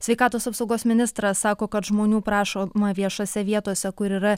sveikatos apsaugos ministras sako kad žmonių prašoma viešose vietose kur yra